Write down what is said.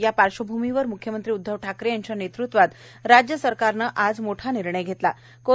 या पार्श्वभूमीवर म्ख्यमंत्री उद्वव ठाकरे यांच्या नेतृत्वात राज्य सरकारने मोठा निर्णय घेतलाय